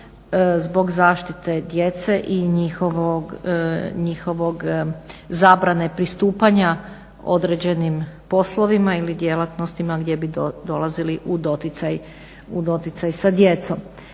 zbog zaštite djece i njihovog zabrane pristupanja određenim poslovima ili djelatnostima gdje bi dolazili u doticaj sa djecom.